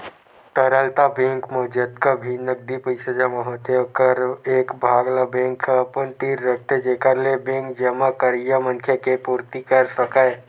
तरलता बेंक म जतका भी नगदी पइसा जमा होथे ओखर एक भाग ल बेंक ह अपन तीर रखथे जेखर ले बेंक जमा करइया मनखे के पुरती कर सकय